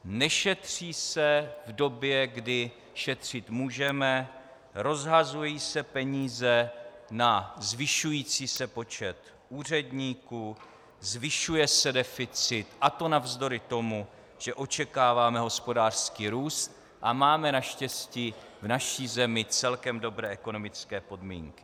Nešetří se v době, kdy šetřit můžeme, rozhazují se peníze na zvyšující se počet úředníků, zvyšuje se deficit, a to navzdory tomu, že očekáváme hospodářský růst a máme naštěstí v naší zemi celkem dobré ekonomické podmínky.